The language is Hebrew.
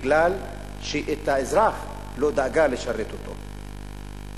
בגלל שהיא לא דאגה לשרת את האזרח.